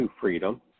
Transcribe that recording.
freedom